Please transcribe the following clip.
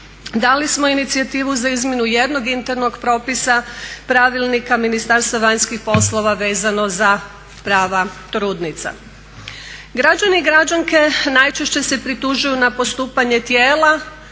Dali smo inicijativu za izmjenu jednog internog propisa pravilnika Ministarstva vanjskih poslova vezano za prava trudnica. Građani i građanke najčešće se pritužuju na postupanje tijela